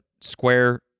square